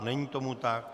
Není tomu tak.